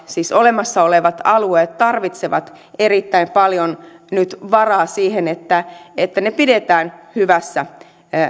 siis olemassa olevat alueet tarvitsevat erittäin paljon nyt varaa siihen että että ne pidetään hyvässä